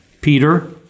Peter